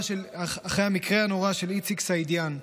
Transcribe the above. אחרי המקרה הנורא של איציק סעידיאן,